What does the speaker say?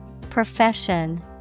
Profession